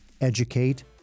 educate